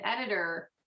editor